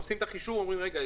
עושים את החישוב ואומרים: רגע,